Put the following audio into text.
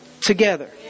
together